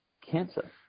cancer